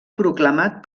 proclamat